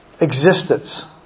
existence